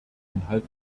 inhalt